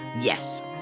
Yes